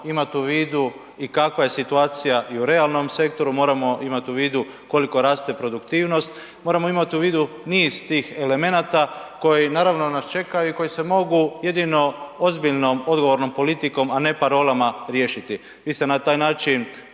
imati u vidu i kakva je situacija i u realnom sektoru, moramo imati u vidu koliko raste produktivnost, moramo imati u vidu niz tih elemenata koji naravno nas čekaju i koji se mogu jedino ozbiljnom odgovornom politikom, a ne parolama riješiti. Vi ste na taj način